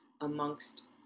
amongst